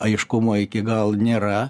aiškumo iki gal nėra